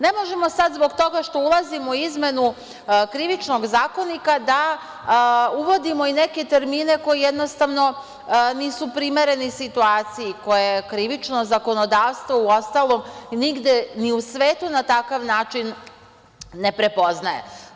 Ne možemo sad zbog toga što ulazimo u izmenu Krivičnog zakonika da uvodimo i neke termine koji nisu primereni situaciji, koje krivično zakonodavstvo uostalom nigde ni u svetu na takav način ne prepoznaje.